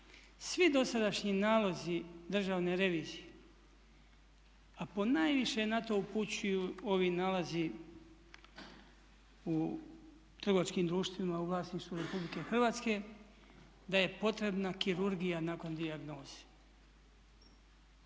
Svi dosadašnji nalazi Državne revizije a ponajviše na to upućuju ovi nalazi u trgovačkim društvima u vlasništvu Republike Hrvatske, da je potrebna kirurgija nakon dijagnoze.